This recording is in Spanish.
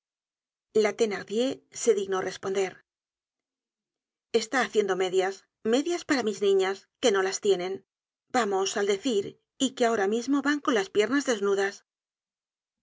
la thenardier se dignó responder está haciendo medias medias para mis niñas que las no tienen vamos al decir y que ahora mismo van con las piernas desnudas